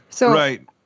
Right